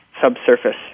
subsurface